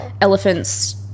elephants